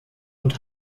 und